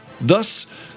Thus